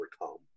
overcome